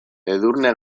edurne